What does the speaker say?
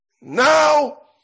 Now